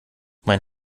mein